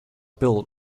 built